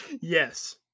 Yes